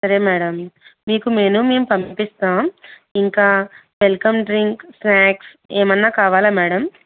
సరే మేడం మీకు మెనూ మేము పంపిస్తాం ఇంకా వెల్కమ్ డ్రింక్స్ స్నాక్స్ ఏమైనా కావాలా మేడం